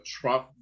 Trump